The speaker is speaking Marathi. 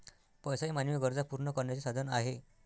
पैसा हे मानवी गरजा पूर्ण करण्याचे साधन आहे